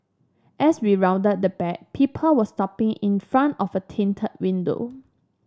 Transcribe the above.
as we rounded the back people were stopping in front of a tinted window